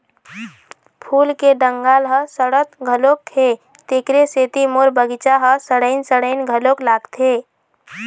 फूल के डंगाल ह सड़त घलोक हे, तेखरे सेती मोर बगिचा ह सड़इन सड़इन घलोक लागथे